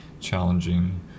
challenging